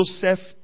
Joseph